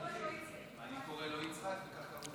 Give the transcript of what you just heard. אני קוראת לו איציק.